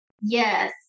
Yes